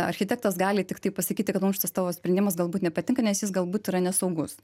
architektas gali tiktai pasakyti kad mums tavo sprendimas galbūt nepatinka nes jis galbūt yra nesaugus